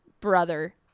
brother